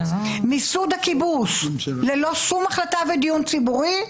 מיסוד הכיבוש ללא שום החלטה ודיון ציבורי.